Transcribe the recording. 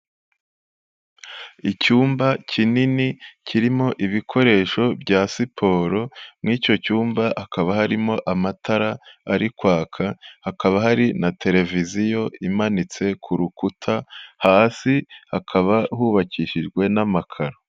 Icyumba kinini kirimo ibikoresho bya siporo, mu icyo cyumba hakaba harimo amatara ari kwaka, hakaba hari na televiziyo imanitse ku rukuta hasi hakaba hubakishijwe n'amakaro.